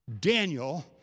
Daniel